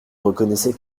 reconnaissez